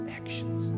actions